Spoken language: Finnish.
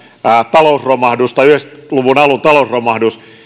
talousromahdus tai yhdeksänkymmentä luvun alun talousromahdus